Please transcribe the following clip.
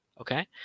okay